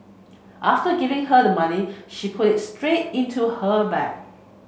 after giving her the money she put it straight into her bag